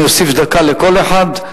אני אוסיף דקה לכל אחד,